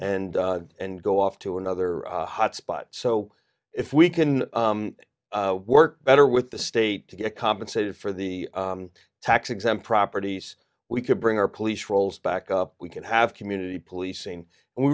and and go off to another hot spot so if we can work better with the state to get compensated for the tax exempt properties we could bring our police rolls back up we can have community policing and we